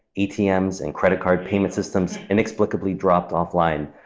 atm and credit card payment systems inexplicably dropped offline,